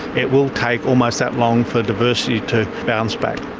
it will take almost that long for diversity to bounce back.